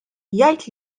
jgħid